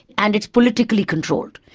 and it's politically controlled.